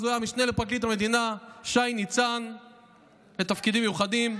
אז הוא היה משנה לפרקליט המדינה לתפקידים מיוחדים,